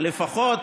לפחות